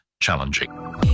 challenging